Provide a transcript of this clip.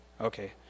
okay